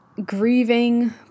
grieving